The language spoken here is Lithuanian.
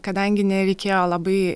kadangi nereikėjo labai